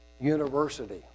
University